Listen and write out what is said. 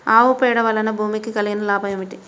ఆవు పేడ వలన భూమికి కలిగిన లాభం ఏమిటి?